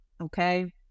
Okay